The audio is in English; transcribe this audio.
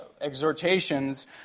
exhortations